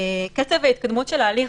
קצב ההתקדמות של הליך,